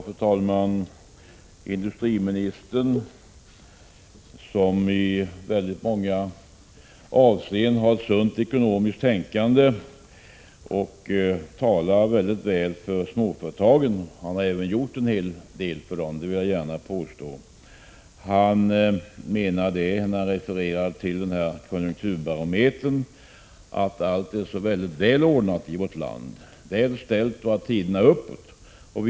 Fru talman! Industriministern har i väldigt många avseenden sunt ekonomiskt tänkande och talar väldigt väl för småföretagen. Han har även gjort en hel del för dem, det vill jag gärna erkänna. Industriministern refererade till konjunkturbarometern och menade att allt är så väldigt välordnat i vårt land. Det går uppåt.